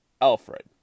Alfred